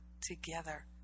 together